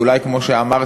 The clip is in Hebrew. אולי כמו שאמרתי,